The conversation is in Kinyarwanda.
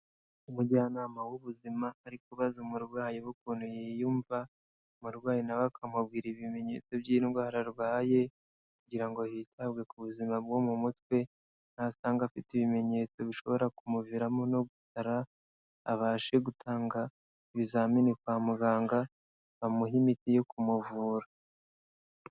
Umujyanama w'ubuzima ari kubaza umurwayi w'ukuntu yiyumva, umurwayi na we akamubwira ibimenyetso by'indwara arwaye kugira ngo hitabwe ku buzima bwo mu mutwe nasanga afite ibimenyetso bishobora kumuviramo no gusara abashe gutanga ibizamini kwa muganga bamuhe imiti yo kumuvura.